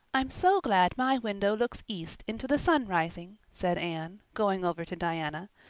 i'm so glad my window looks east into the sun rising, said anne, going over to diana.